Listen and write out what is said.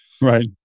Right